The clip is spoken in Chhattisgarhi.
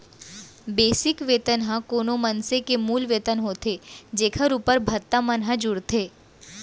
बेसिक वेतन ह कोनो मनसे के मूल वेतन होथे जेखर उप्पर भत्ता मन ह जुड़थे